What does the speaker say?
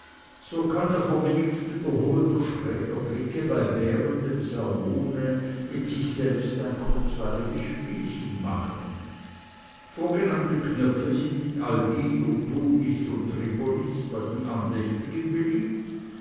so kann er vermittelst wiederholter schräger blicke bei währendem sermone mit sich selbst ein kurzweiliges spielchen machen vorgenannte knöpfe sind in algier tunis und tripolis bei den andächtigen beliebt